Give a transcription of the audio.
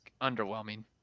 underwhelming